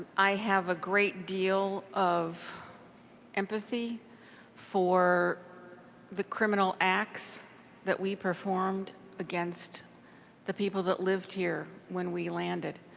i have a great deal of empathy for the criminal acts that we performed against the people that lived here when we landed.